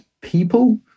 people